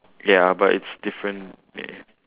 ya but it's different leh